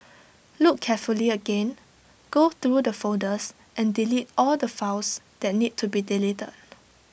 look carefully again go through the folders and delete all the files that need to be deleted